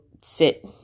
sit